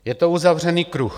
Je to uzavřený kruh.